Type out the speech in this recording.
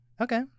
Okay